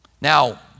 Now